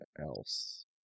else